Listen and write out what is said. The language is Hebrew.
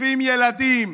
תוקפים ילדים.